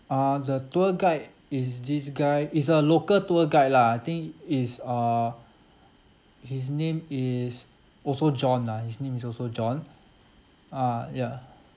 uh the tour guide is this guy is a local tour guide lah I think his uh his name is also john lah his name is also john uh ya